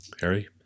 harry